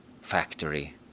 factory